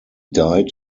died